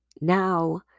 Now